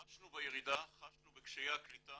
חשנו בירידה, חשנו בקשיי הקליטה